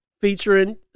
featuring